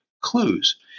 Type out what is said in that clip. clues